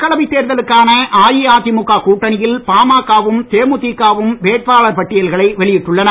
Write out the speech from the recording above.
மக்களவை தேர்தலுக்கான அஇஅதிமுக கூட்டணியில் பாமக வும் தேமுதிக வும் வேட்பாளர் பட்டியல்களை வெளியிட்டுள்ளன